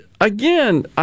again